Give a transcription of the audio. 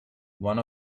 one